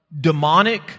demonic